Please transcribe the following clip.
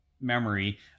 memory